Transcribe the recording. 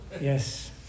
Yes